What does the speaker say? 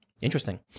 Interesting